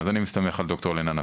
אז אני מסתמך על ד"ר לנה נטפוב.